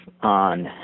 on